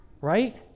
Right